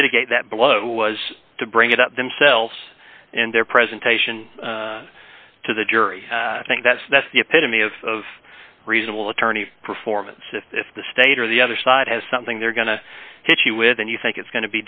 mitigate that blow was to bring it up themselves and their presentation to the jury i think that's that's the epitome of reasonable attorney performance if if the state or the other side has something they're going to hit you with and you think it's going to